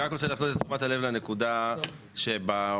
לא אחרי זה עם כל מיני התחכמויות שאנחנו מכירים אותן היטב,